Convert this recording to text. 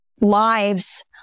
lives